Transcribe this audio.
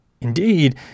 Indeed